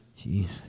jeez